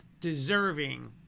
deserving